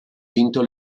vinto